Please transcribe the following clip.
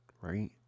right